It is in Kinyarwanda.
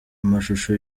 amashusho